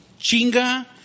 chinga